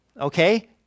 okay